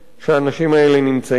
שהאנשים האלה נמצאים בה.